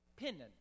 penance